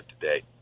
today